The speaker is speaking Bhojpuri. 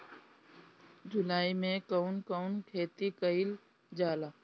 जुलाई मे कउन कउन खेती कईल जाला?